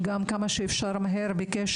ביקשתי שתקיים כמה שיותר מהר דיון בנוגע